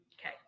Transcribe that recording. Okay